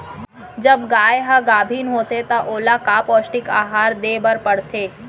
जब गाय ह गाभिन होथे त ओला का पौष्टिक आहार दे बर पढ़थे?